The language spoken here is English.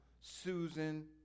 Susan